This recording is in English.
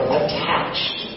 attached